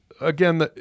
Again